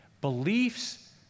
Beliefs